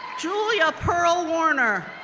julia pearl warner,